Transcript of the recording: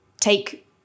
take